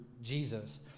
Jesus